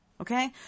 Okay